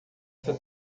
essa